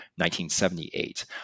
1978